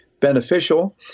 beneficial